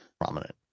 prominent